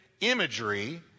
imagery